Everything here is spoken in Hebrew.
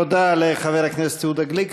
תודה רבה לחבר הכנסת יהודה גליק.